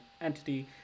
entity